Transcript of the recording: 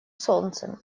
солнцем